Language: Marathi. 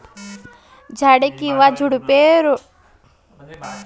झाडे किंवा झुडपे, रोटेशनमध्ये वाढलेली नाहीत, परंतु माती व्यापतात आणि सलग अनेक वर्षे पिके घेतात